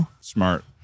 smart